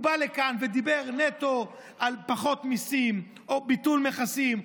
הוא בא לכאן ודיבר נטו על פחות מיסים או ביטול מכסים,